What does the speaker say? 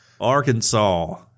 Arkansas